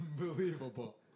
Unbelievable